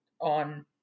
on